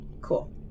Cool